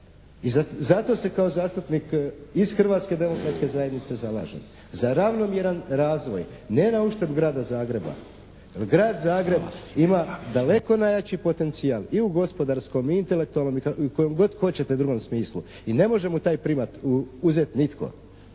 I zato se kao zastupnik iz Hrvatske demokratske zajednice zalažem. Za ravnomjeran razvoj ne na uštrb Grada Zagreba jer Grad Zagreb ima daleko najjači potencijal i u gospodarskom, u intelektualnom i u kojem god hoćete drugom smislu. I ne može mu taj primat uzeti nitko.